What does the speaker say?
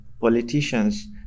politicians